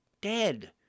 dead